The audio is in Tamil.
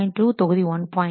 2 தொகுதி 1